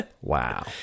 Wow